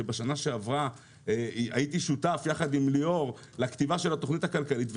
שבשנה שעברה היה שותף יחד עם ליאור לכתיבה של התוכנית הכלכלית.